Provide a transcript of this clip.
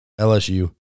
LSU